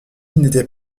n’était